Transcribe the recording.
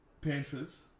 Panthers